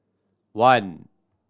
one